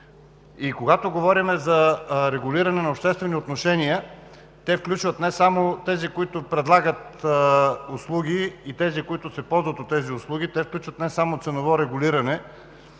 И когато говорим за регулиране на обществени отношения, те включват не само тези, които предлагат услуги, и тези, които се ползват от тези услуги, те включват не само ценово регулиране,